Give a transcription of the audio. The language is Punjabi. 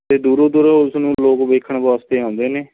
ਅਤੇ ਦੂਰੋਂ ਦੂਰੋਂ ਉਸ ਨੂੰ ਲੋਕ ਵੇਖਣ ਵਾਸਤੇ ਆਉਂਦੇ ਨੇ